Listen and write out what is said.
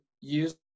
use